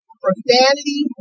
Profanity